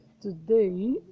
today